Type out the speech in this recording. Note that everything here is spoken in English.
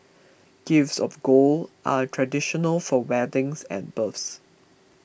gifts of gold are traditional for weddings and births